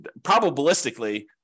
probabilistically